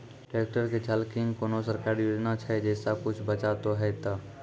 Tractor के झाल किंग कोनो सरकारी योजना छ जैसा कुछ बचा तो है ते?